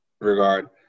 regard